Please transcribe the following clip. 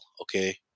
okay